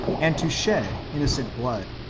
and to shed innocent blood,